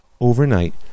Overnight